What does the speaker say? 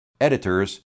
editors